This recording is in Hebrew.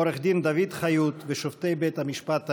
עו"ד דוד חיות ושופטי בית המשפט העליון,